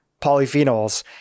polyphenols